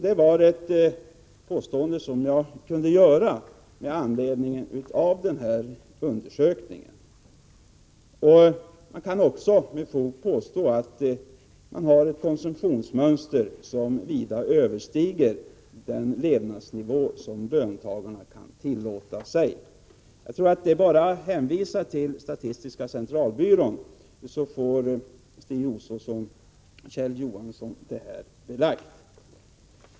Det var alltså ett påstående jag kunde göra med anledning av denna undersökning. Man kan också med fog påstå att dessa personer har ett konsumtionsmönster som vida överstiger den levnadsnivå som löntagare kan tillåta sig. Jag tror att det bara är att hänvisa till statistiska centralbyrån, så får Stig Josefson och Kjell Johansson detta belagt.